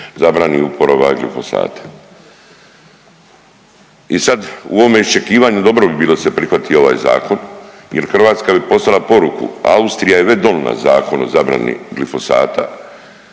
zabrana uporaba glifosata. I sad, u ovome iščekivanju dobro bi bilo da se prihvati ovaj Zakon jer Hrvatska bi poslala poruku, Austrija je već donila zakon o zabrani glifosata